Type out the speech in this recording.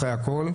אחרי הכול,